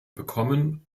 bekommen